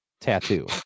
tattoo